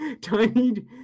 Tiny